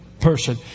person